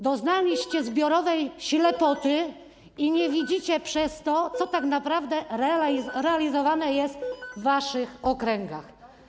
Doznaliście zbiorowej ślepoty i nie widzicie przez to, co tak naprawdę realizowane jest w waszych okręgach.